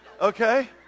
Okay